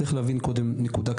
צריך להבין קודם נקודה קטנה,